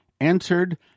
answered